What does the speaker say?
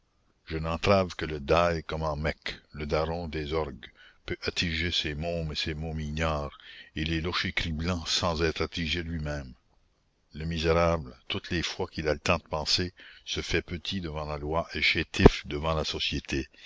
je n'entrave que le dail comment meck le daron des orgues peut atiger ses mômes et ses momignards et les locher criblant sans être atigé lui-même le misérable toutes les fois qu'il a le temps de penser se fait petit devant la loi et chétif devant la société